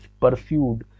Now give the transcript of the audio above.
pursued